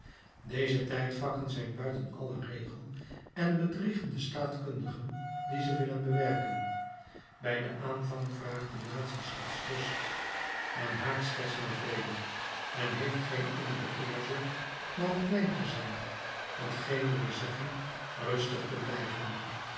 deze tijdvakken zijn buiten allen regel en bedriegen de staatkundigen die ze willen bewerken bij den aanvang vraagt de natie slechts rust men haakt slechts naar vrede men heeft geen andere eerzucht dan klein te zijn t geen wil zeggen rustig te blijven